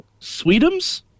Sweetums